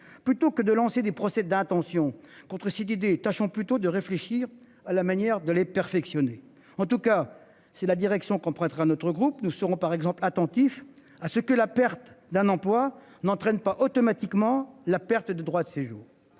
plutôt que de lancer des procès d'intention contre CDD tâchons plutôt de réfléchir à la manière de les perfectionner. En tout cas c'est la direction qu'on pourrait être notre groupe, nous serons par exemple, attentif à ce que la perte d'un emploi n'entraîne pas automatiquement la perte de droit de séjour